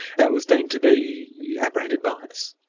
that was deemed to be apprehended bias?